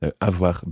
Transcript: Avoir